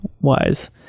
wise